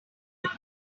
mit